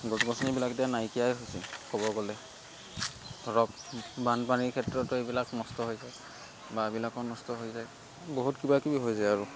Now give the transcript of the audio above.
গছ গছনিবিলাক এতিয়া নাইকিয়াই হৈছে ক'ব গ'লে ধৰক বানপানীৰ ক্ষেত্ৰতো এইবিলাক নষ্ট হৈ যায় বাঁহবিলাকো নষ্ট হৈ যায় বহুত কিবাকিবি হৈ যায় আৰু